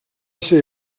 ser